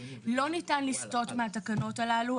לא ניתן לסטות מהתקנות הללו,